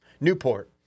Newport